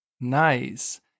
Nice